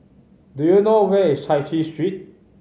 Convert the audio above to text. do you know where is Chai Chee Street